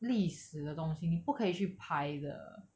历史的东西你不可以去拍的